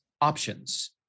options